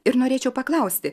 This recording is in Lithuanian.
ir norėčiau paklausti